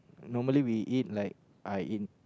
normally we eat like I in